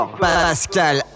Pascal